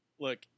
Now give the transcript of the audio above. Look